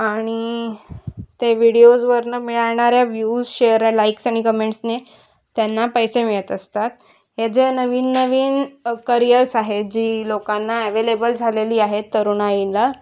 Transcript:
आणि ते व्हिडिओजवरून मिळणाऱ्या व्यूज शेअर लाईक्स आणि कमेंट्सने त्यांना पैसे मिळत असतात या ज्या नवीन नवीन करियर्स आहेत जी लोकांना ॲवेलेबल झालेली आहेत तरुणाईला